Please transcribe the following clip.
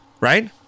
Right